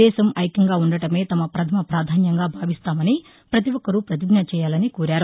దేశం ఐక్యంగా ఉండటమే తమ పథమ పాధాన్యంగా భావిస్తామని ప్రతి ఒక్కరూ పతిజ్ఞ చేయాలని కోరారు